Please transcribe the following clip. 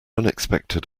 unexpected